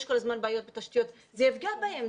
יש כל הזמן בעיות בתשתיות זה יפגע בהם,